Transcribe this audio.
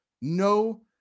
No